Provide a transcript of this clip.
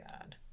God